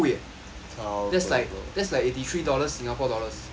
that's like that's like eighty three dollars singapore dollars